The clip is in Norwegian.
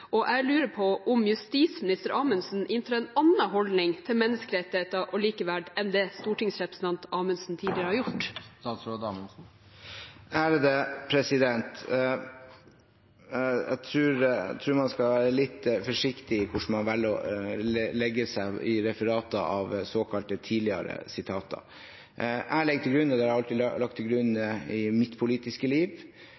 og jeg lurer på om justisminister Amundsen inntar en annen holdning til menneskerettigheter og likeverd enn det tidligere stortingsrepresentant Amundsen har gjort. Jeg tror man skal være litt forsiktig med hvordan man velger å ordlegge seg når man refererer til tidligere såkalte sitater. Jeg legger til grunn – og har alltid lagt til grunn